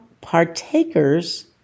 partakers